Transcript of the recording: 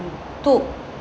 took